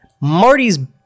Marty's